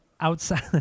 outside